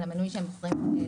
על המנוי שהם ירכשו.